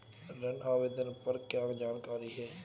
ऋण आवेदन पर क्या जानकारी है?